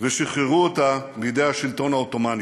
ושחררו אותה מידי השלטון העות'מאני.